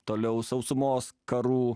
toliau sausumos karų